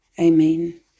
Amen